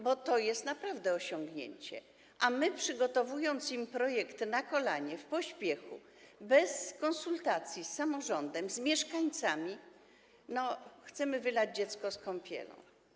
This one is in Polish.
Bo to jest naprawdę osiągnięcie, a my, przygotowując projekt na kolanie, w pośpiechu, bez konsultacji z samorządem, z mieszkańcami, chcemy wylać dziecko z kąpielą.